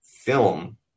film